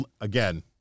again